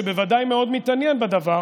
שבוודאי מאוד מתעניין בדבר,